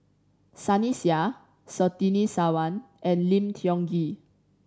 Sunny Sia Surtini Sarwan and Lim Tiong Ghee